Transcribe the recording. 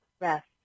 rest